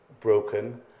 broken